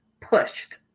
pushed